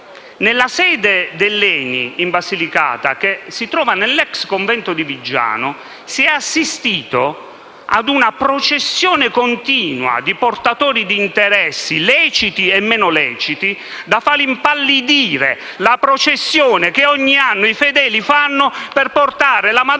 nella sede dell'ENI in Basilicata, che si trova nell'ex convento di Viggiano, si è assistito ad una processione continua di portatori di interessi, leciti e meno leciti, da far impallidire la processione che ogni hanno i fedeli fanno per portare la Madonna